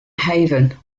haven